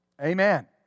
amen